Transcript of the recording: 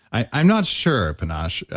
i'm not sure, panache.